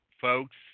folks